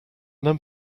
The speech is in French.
homme